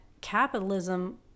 capitalism